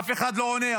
אף אחד לא עונה.